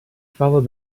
followed